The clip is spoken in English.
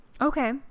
Okay